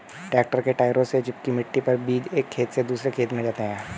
tractor के टायरों से चिपकी मिट्टी पर बीज एक खेत से दूसरे खेत में जाते है